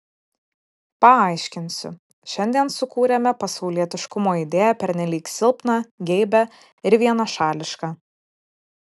paaiškinsiu šiandien sukūrėme pasaulietiškumo idėją pernelyg silpną geibią ir vienašališką